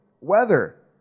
Weather